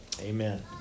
Amen